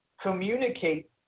communicate